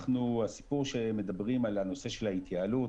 הסיפור שמדברים על הנושא של ההתייעלות,